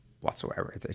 whatsoever